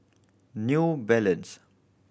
New Balance